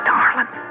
Darling